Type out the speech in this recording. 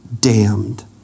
damned